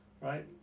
right